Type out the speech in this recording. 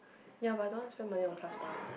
ya but I don't want spend money on class pass